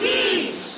Beach